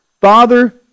Father